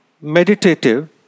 meditative